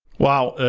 wow,